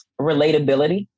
relatability